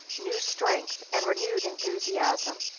new strength, and renewed enthusiasm.